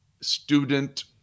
student